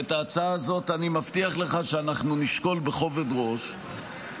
ואת ההצעה הזאת אני מבטיח לך שאנחנו נשקול בכובד ראש,